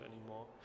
anymore